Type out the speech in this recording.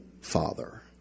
father